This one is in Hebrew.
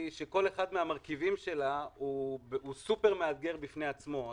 כל אחד מהמרכיבים שלה הוא סופר מאתגר בפני עצמו.